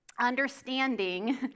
Understanding